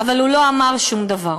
אבל הוא לא אמר שום דבר.